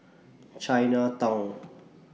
Chinatown